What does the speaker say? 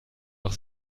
auch